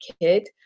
kid